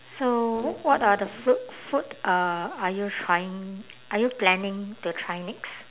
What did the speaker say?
so what are the food food uh are you trying are you planning to try next